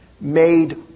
made